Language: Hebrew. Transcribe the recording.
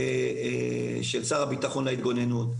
של שר הביטחון להתגוננות.